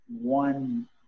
one